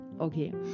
okay